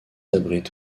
abritent